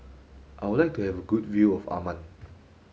I would like to have a good view of Amman